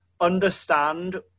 understand